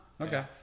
Okay